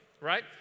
right